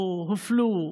או הופלו,